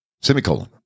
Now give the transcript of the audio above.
Semicolon